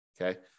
Okay